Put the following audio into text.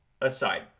aside